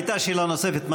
הייתה שאלה נוספת,